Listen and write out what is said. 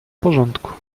porządku